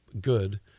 good